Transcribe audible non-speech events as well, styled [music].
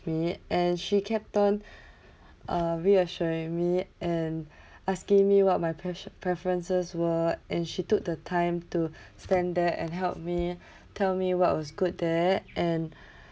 me and she kept on [breath] uh reassuring me and [breath] asking me what my pass~ preferences were and she took the time to [breath] stand there and help me [breath] tell me what was good there and [breath]